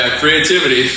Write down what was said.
creativity